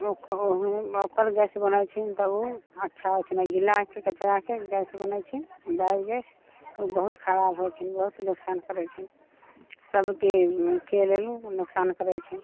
ओकर ओकर गैस बनैत छै तऽ ओ अच्छा होइत छै नहि गीला कचराके गैस बनैत छै बायोगैस ओ बहुत खराब होइत छै बहुत नोकसान करैत छै सभके के लेल ओ नोकसान करैत छै